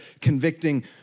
convicting